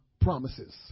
promises